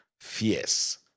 fierce